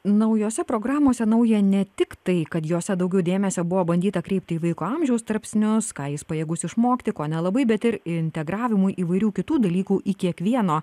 naujose programose nauja ne tik tai kad jose daugiau dėmesio buvo bandyta kreipti į vaiko amžiaus tarpsnius ką jis pajėgus išmokti ko nelabai bet ir integravimui įvairių kitų dalykų į kiekvieno